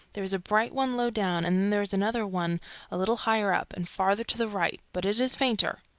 there is a bright one low down, and then there is another one a little higher up, and farther to the right, but it is fainter.